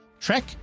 Trek